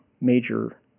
major